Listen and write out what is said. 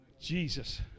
Jesus